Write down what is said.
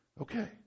Okay